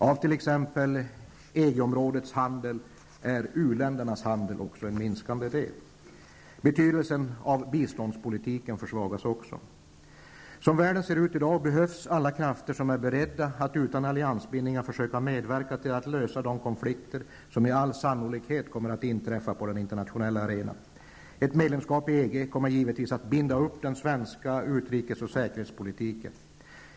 Av t.ex. EG-områdets handel utgör u-ländernas handel en minskande del. Också betydelsen av biståndspolitiken har försvagats. Som världen ser ut i dag behövs alla krafter som är beredda att utan alliansbindningar försöka medverka till att lösa de konflikter som med all sannolikhet kommer att inträffa på den internationella arenan. Ett medlemskap i EG kommer givetvis att binda upp den svenska utrikesoch säkerhetspolitiken.